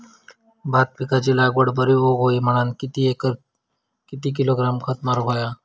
भात पिकाची लागवड बरी होऊक होई म्हणान प्रति एकर किती किलोग्रॅम खत मारुक होया?